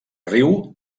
riu